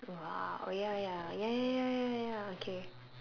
!wah! oh ya ya ya ya ya ya okay